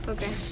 Okay